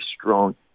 strong